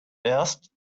erst